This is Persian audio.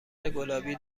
گلابی